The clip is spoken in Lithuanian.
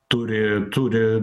turi turi